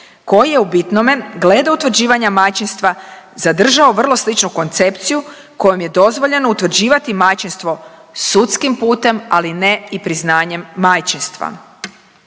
koji je u bitnome glede utvrđivanja majčinstva zadržao vrlo sličnu koncepciju kojom je dozvoljeno utvrđivati majčinstvo sudskim putem, ali ne i priznanjem majčinstva.